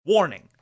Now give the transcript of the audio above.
Warning